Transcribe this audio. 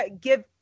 give